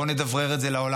בואו נדברר את זה לעולם,